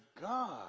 God